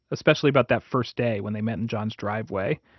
especially about that first day when they met in john's driveway.